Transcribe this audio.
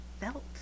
felt